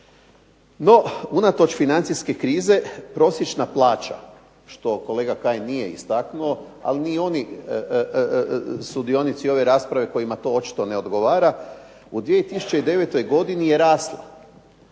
No unatoč financijske krize, prosječna plaća što kolega Kajin nije istaknuo, ali ni oni sudionici ove rasprave kojima to očito ne odgovara, u 2009. godini je rasla,